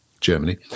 Germany